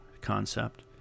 concept